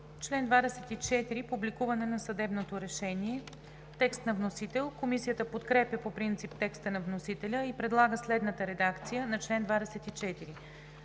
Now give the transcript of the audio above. Член 24 – „Публикуване на съдебното решение“ – текст на вносител. Комисията подкрепя по принцип текста на вносителя и предлага следната редакция на чл. 24: